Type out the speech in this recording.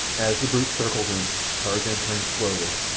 as the brute circled him tarzan turned slowly,